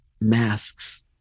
masks